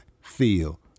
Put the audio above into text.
feel